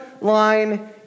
line